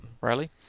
Riley